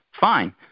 Fine